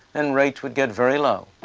and rates would get very low.